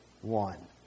one